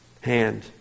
hand